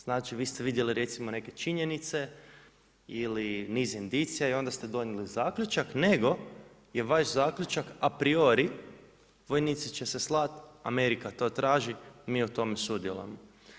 Znači, vi ste vidjeli recimo neke činjenice ili niz indicija i onda ste donijeli zaključak, nego je vaš zaključak a priori vojnici će se slat, Amerika to traži, mi u tome sudjelujemo.